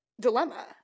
dilemma